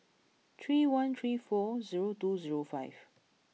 three one three four zero two zero five